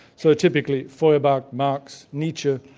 so typically feuerbach, marx, nietzsche,